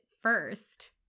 first